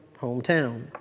hometown